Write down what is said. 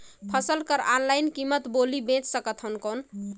फसल कर ऑनलाइन कीमत बोली बेच सकथव कौन?